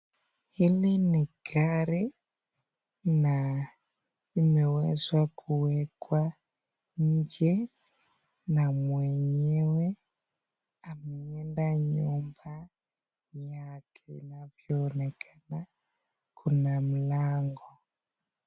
Hili ni gari na limeweza kuwekwa nje na mwenyewe ameenda nyumba yake na inavyo onekana kuna mlango.